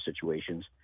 situations